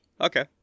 okay